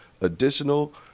additional